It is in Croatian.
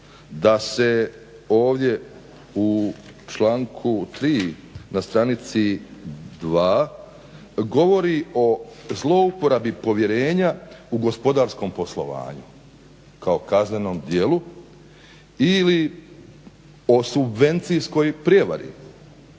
da se ovdje u članku 3. na stranici 2 govori o zlouporabi povjerenja u gospodarskom poslovanju kao kaznenom djelu ili o subvencijskoj prijevari,